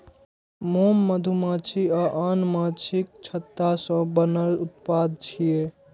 मोम मधुमाछी आ आन माछीक छत्ता सं बनल उत्पाद छियै